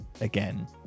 again